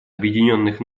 объединенных